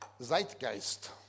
Zeitgeist